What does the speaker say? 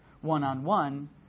One-on-one